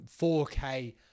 4K